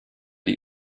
die